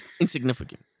insignificant